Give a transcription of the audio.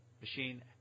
machine